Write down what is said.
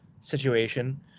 situation